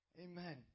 Amen